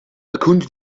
erkunde